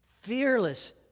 fearless